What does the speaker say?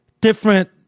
different